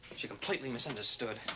she completely misunderstood.